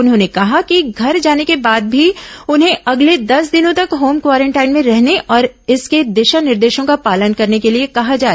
उन्होंने कहा कि घर जाने के बाद भी उन्हें अगले दस दिनों तक होम क्वारेंटाइन में रहने और इसके दिशा निर्देशों का पालन करने के लिए कहा जाए